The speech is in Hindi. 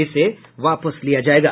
इसे वापस लिया जायेगा